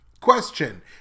Question